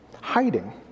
Hiding